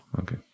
Okay